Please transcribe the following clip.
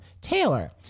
Taylor